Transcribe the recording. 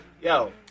Yo